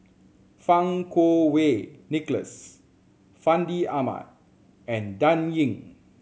Fang Kuo Wei Nicholas Fandi Ahmad and Dan Ying